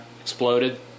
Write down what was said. exploded